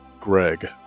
Greg